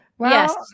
Yes